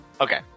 Okay